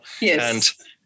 Yes